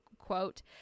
Quote